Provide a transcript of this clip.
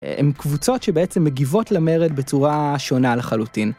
הם קבוצות שבעצם מגיבות למרד בצורה שונה לחלוטין.